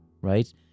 right